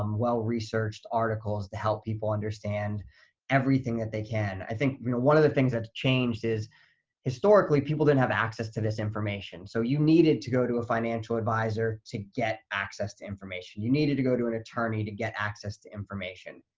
um well-researched articles to help people understand everything that they can. i think one of the things that's changed is historically people didn't have access to this information. so you needed to go to a financial advisor to get access to information. you needed to go to an attorney to get access to information.